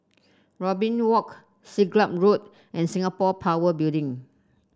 Robin Walk Siglap Road and Singapore Power Building